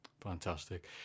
Fantastic